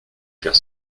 faire